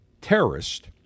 terrorist